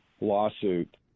lawsuit